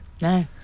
No